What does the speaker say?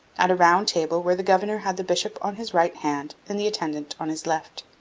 at a round table where the governor had the bishop on his right hand and the intendant on his left.